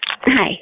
Hi